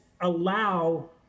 allow